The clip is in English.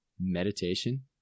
meditation